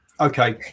okay